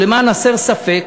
ולמען הסר ספק,